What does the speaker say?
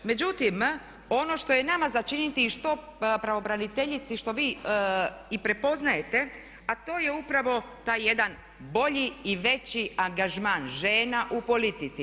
Međutim, ono što je nama za činiti i što pravobraniteljici što vi i prepoznajete a to je upravo taj jedan bolji i veći angažman žena u politici.